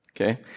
Okay